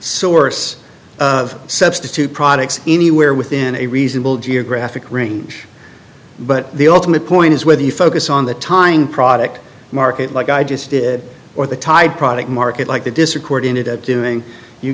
source of substitute products anywhere within a reasonable geographic ring but the ultimate point is whether you focus on the tying product market like i just did or the tied product market like the district court in it at doing you